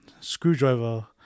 screwdriver